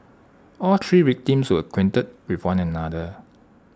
all three victims were acquainted with one another